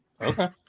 Okay